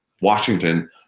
Washington